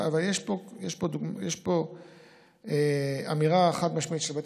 אבל יש פה אמירה חד-משמעית של בית